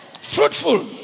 Fruitful